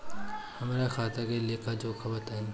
हमरा खाता के लेखा जोखा बताई?